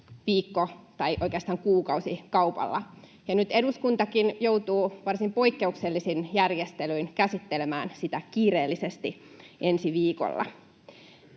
kanta tähän kyseiseen asiaan, ja nyt eduskuntakin joutuu varsin poikkeuksellisin järjestelyin käsittelemään sitä kiireellisesti ensi viikolla.